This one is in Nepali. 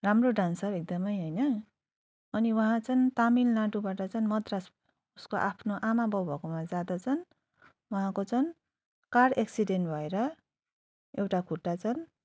राम्रो डान्सर एकदमै होइन अनि उहाँ चाहिँ तामिलनाडूबाट चाहिँ मद्रास उसको आफ्नो आमाबाउ भएकोमा जाँदा चाहिँ उहाँको चाहिँ कार एक्सिडेन्ट भएर एउटा खुट्टा चाहिँ